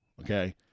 Okay